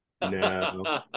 No